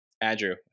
Andrew